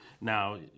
Now